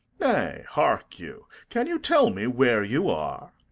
nay, hark you can you tell me where you are?